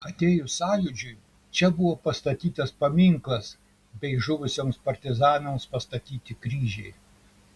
atėjus sąjūdžiui čia buvo pastatytas paminklas bei žuvusiems partizanams pastatyti kryžiai